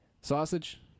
Sausage